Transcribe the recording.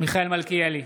מיכאל מלכיאלי,